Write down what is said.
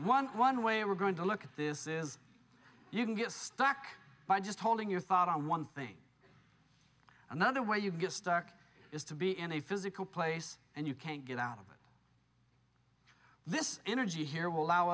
one one way we're going to look at this is you can get struck by just holding your thought on one thing another way you get stuck is to be in a physical place and you can't get out of it this energy here will allow